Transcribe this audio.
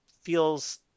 feels